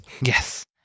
Yes